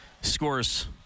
scores